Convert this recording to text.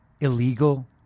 illegal